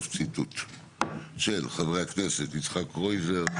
של חה"כ יצחק קרויזר,